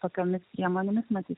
tokiomis priemonėmis matyt